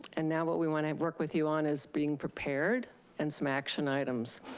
and now what we want to work with you on is being prepared and some action items.